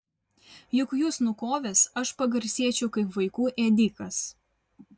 juk jus nukovęs aš pagarsėčiau kaip vaikų ėdikas